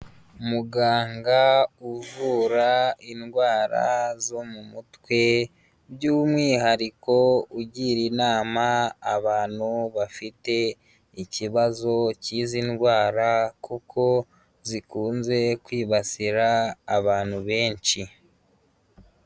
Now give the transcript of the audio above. Umuganga uvura indwara zo mu mutwe by'umwihariko ugira inama abantu bafite ikibazo cy'izi ndwara kuko zikunze kwibasira abantu benshi.